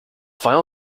final